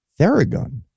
Theragun